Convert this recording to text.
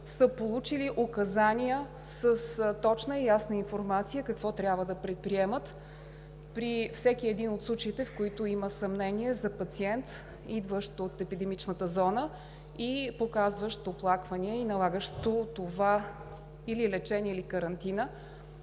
са получили указания с точна и ясна информация какво трябва да предприемат при всеки един от случаите, в които има съмнение за пациент, идващ от епидемичната зона, и показващ оплаквания, налагащи лечение или карантина.